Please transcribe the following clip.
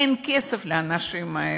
אין כסף לאנשים האלה,